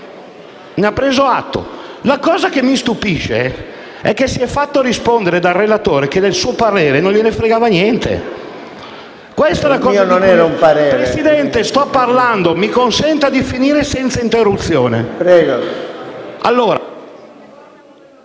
Presidente, sto parlando. Mi consenta di finire senza interruzioni.